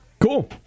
Cool